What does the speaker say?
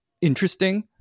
interesting